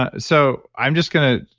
ah so, i'm just going to.